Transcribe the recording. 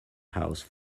house